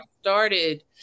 started